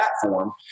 platform